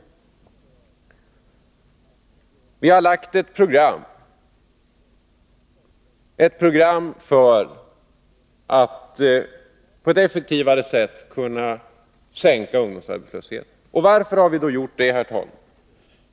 Vi har lagt fram ett program för hur vi på ett effektivare sätt skall kunna minska ungdomsarbetslösheten. Och varför har vi gjort det?